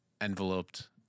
enveloped